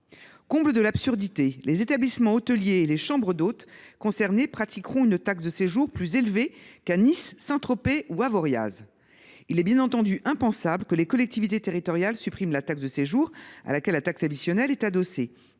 Comble de l’absurdité, les établissements hôteliers et les chambres d’hôtes concernés pratiqueront une taxe de séjour plus élevée qu’à Nice, Saint Tropez ou Avoriaz ! Il est bien entendu impensable que les collectivités territoriales suppriment la taxe de séjour à laquelle la taxe additionnelle est adossée,